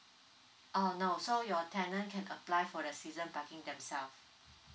uh no so your tenant can apply for the season parking themselves